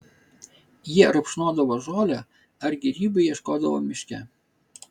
jie rupšnodavo žolę ar gėrybių ieškodavo miške